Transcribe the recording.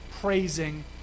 praising